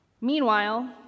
Meanwhile